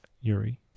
Yuri